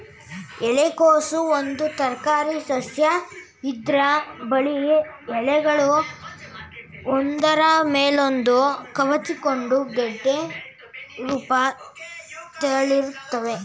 ಎಲೆಕೋಸು ಒಂದು ತರಕಾರಿಸಸ್ಯ ಇದ್ರ ಬಿಳಿ ಎಲೆಗಳು ಒಂದ್ರ ಮೇಲೊಂದು ಕವುಚಿಕೊಂಡು ಗೆಡ್ಡೆ ರೂಪ ತಾಳಿರ್ತವೆ